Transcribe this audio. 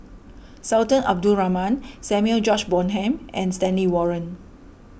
Sultan Abdul Rahman Samuel George Bonham and Stanley Warren